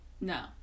no